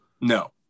No